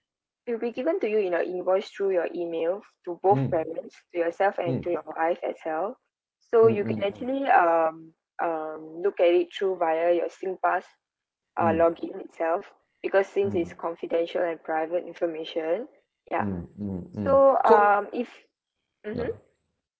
it'll be given to you in a invoice through your emails to both parents to yourself and to your wife as well so you can actually um um look at it through via your singpass uh login itself because since it's confidential and private information ya so um if mmhmm